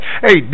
Hey